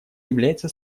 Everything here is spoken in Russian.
является